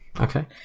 Okay